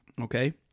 Okay